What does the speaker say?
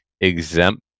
exempt